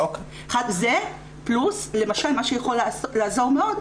זה פלוס למשל מה שיכול לעזור מאוד,